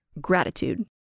gratitude